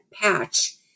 patch